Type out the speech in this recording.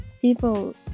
People